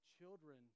children